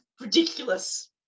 ridiculous